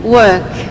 work